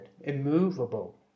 immovable